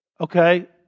Okay